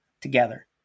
together